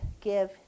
give